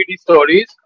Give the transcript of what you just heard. stories